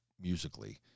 musically